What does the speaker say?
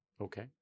Okay